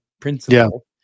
principle